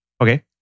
Okay